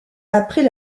après